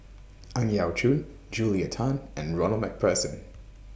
Ang Yau Choon Julia Tan and Ronald MacPherson